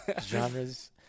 Genres